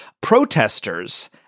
protesters